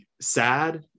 sad